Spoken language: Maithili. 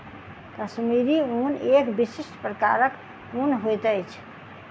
कश्मीरी ऊन एक विशिष्ट प्रकारक ऊन होइत अछि